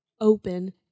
open